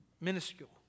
minuscule